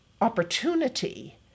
opportunity